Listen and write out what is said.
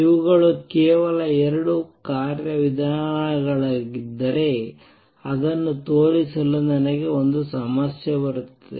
ಇವುಗಳು ಕೇವಲ 2 ಕಾರ್ಯವಿಧಾನಗಳಾಗಿದ್ದರೆ ಅದನ್ನು ತೋರಿಸಲು ನನಗೆ ಒಂದು ಸಮಸ್ಯೆ ಬರುತ್ತದೆ